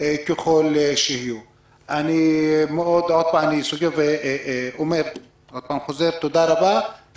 אני סוגר ומודה לכולם,